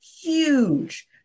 huge